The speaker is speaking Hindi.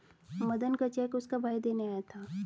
मदन का चेक उसका भाई देने आया था